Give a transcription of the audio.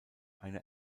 eine